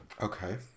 okay